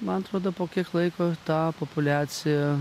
man atrodo po kiek laiko ta populiacija